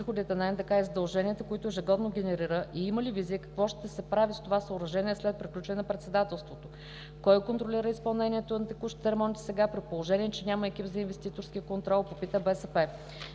изпълнението на текущите ремонти сега, при положение че няма екип за инвеститорски контрол (БСП);